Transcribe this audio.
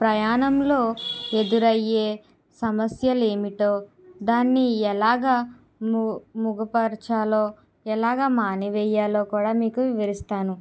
ప్రయాణంలో ఎదురయ్యే సమస్యలు ఏమిటో దాన్ని ఎలాగ ము ముఖపరచాలో ఎలాగ మానివేయాలో కూడా మీకు వివరిస్తాను